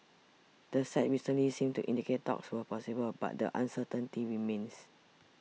the sides recently seemed to indicate talks were possible but the uncertainty remains